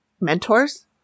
mentors